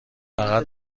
فقط